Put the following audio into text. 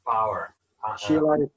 power